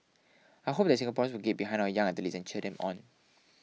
I hope that Singaporeans will get behind our young athletes and cheer them on